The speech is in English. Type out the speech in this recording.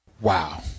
Wow